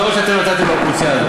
תודה רבה, אדוני היושב-ראש.